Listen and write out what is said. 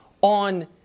on